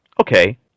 Okay